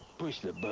push the but